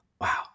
wow